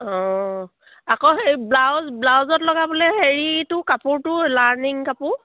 অঁ আকৌ হেৰি ব্লাউজ ব্লাউজত লগাবলৈ হেৰিটো কাপোৰটো লাইনিং কাপোৰ